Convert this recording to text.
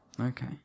Okay